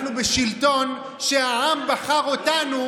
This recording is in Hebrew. אנחנו בשלטון שהעם בחר אותנו.